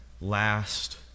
last